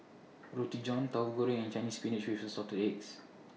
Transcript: Roti John Tahu Goreng and Chinese Spinach with Assorted Eggs